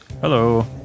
Hello